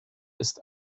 ist